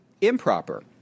improper